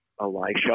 Elisha